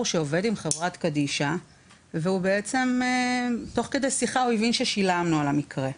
שעובד עם חברת קדישא ותוך כדי שיחה הוא הבין ששילמנו על המקרה.